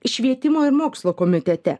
švietimo ir mokslo komitete